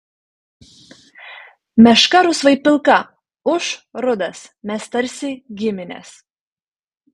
meška rusvai pilka ūš rudas mes tarsi giminės